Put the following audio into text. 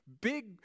big